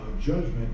judgment